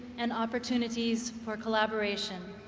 and opportunities for collaboration.